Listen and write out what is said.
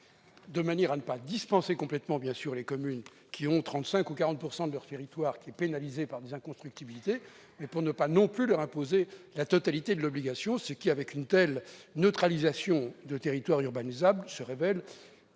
de manière à ne pas dispenser complètement les communes dont 35 % ou 40 % du territoire est pénalisé par des inconstructibilités, mais à ne pas non plus leur imposer la totalité de l'obligation, ce qui, avec une telle neutralisation de territoire urbanisable, se révèle